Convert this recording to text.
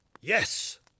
Yes